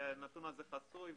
הנתון הזה חסוי.